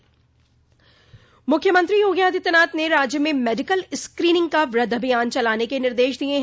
मुख्यमंत्री योगी आदित्यनाथ ने राज्य में मेडिकल स्क्रीनिंग का वृहद अभियान चलाने के निर्देश दिये हैं